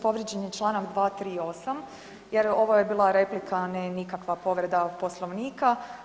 Povrijeđen je čl. 238. jer ovo je bila replika, a ne nikakva povreda Poslovnika.